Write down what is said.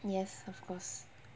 yes of course